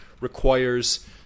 requires